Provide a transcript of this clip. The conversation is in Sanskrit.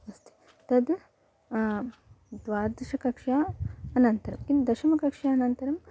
अस्ति तद् द्वादशकक्ष्यायाः अनन्तरं किं दशमकक्ष्यायाः अनन्तरं